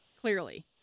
clearly